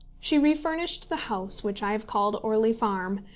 she refurnished the house which i have called orley farm,